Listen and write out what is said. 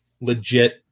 legit